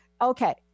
Okay